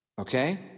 Okay